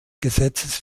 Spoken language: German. gesetzes